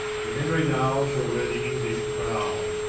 but henry now shall weare the english crowne,